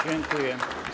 Dziękuję.